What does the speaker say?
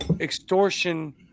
extortion